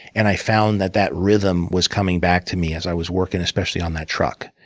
and i found that that rhythm was coming back to me as i was working, especially on that truck.